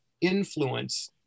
influence